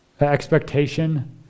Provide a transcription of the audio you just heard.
expectation